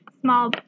small